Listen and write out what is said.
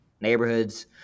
neighborhoods